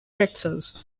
pretzels